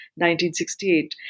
1968